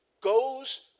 Goes